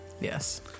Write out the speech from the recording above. Yes